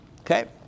Okay